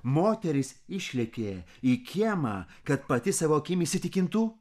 moteris išlėkė į kiemą kad pati savo akim įsitikintų